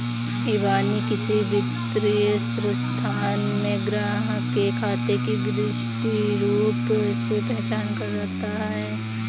इबानी किसी वित्तीय संस्थान में ग्राहक के खाते की विशिष्ट रूप से पहचान करता है